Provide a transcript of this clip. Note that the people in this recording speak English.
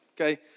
okay